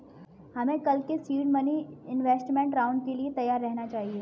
हमें कल के सीड मनी इन्वेस्टमेंट राउंड के लिए तैयार रहना चाहिए